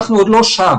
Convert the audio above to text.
אנחנו עוד לא שם.